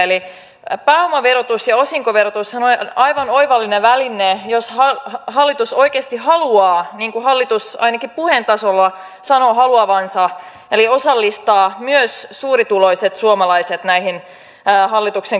eli pääomaverotus ja osinkoverotushan on aivan oivallinen väline jos hallitus oikeasti haluaa niin kuin hallitus ainakin puheen tasolla sanoo haluavansa osallistaa myös suurituloiset suomalaiset näihin hallituksen käynnistämiin talkoisiin